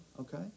okay